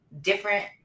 different